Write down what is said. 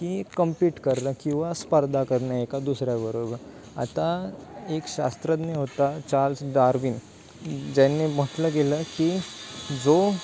की कम्पीट करणं किंवा स्पर्धा करणं एका दुसऱ्याबरोबर आता एक शास्त्रज्ञ होता चार्ल्स दार्वीन ज्यांनी म्हटलं गेलं की जो